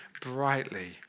brightly